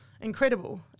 Incredible